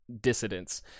dissidents